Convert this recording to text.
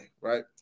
right